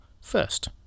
first